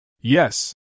Yes